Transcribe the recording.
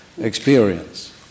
experience